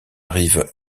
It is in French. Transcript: rive